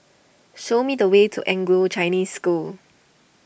show me the way to Anglo Chinese School